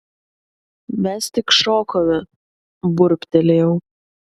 mes tik šokome burbtelėjau